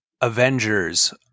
Avengers